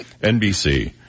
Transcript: nbc